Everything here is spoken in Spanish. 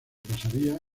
pasaría